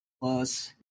plus